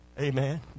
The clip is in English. Amen